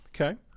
Okay